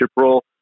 role